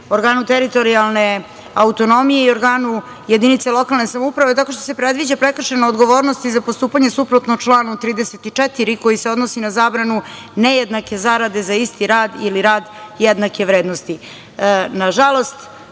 organu teritorijalne autonomije i organu jedinice lokalne samouprave tako što se predviđa prekršajna odgovornost i za postupanje suprotno članu 34. koji se odnosi na zabranu nejednake zarade za isti rad ili rad jednake vrednosti. Nažalost,